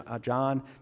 John